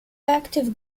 active